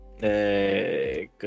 Good